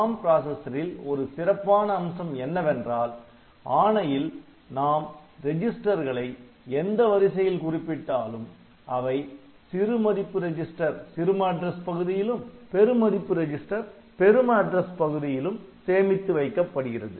ARM பிராசஸரில் ஒரு சிறப்பான அம்சம் என்னவென்றால் ஆணையில் நாம் ரெஜிஸ்டர்களை எந்த வரிசையில் குறிப்பிட்டாலும் அவை சிறு மதிப்பு ரெஜிஸ்டர் சிறும அட்ரஸ் பகுதியிலும் பெருமதிப்பு ரெஜிஸ்டர் பெரும அட்ரஸ் பகுதியிலும் சேமித்து வைக்கப்படுகிறது